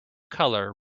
color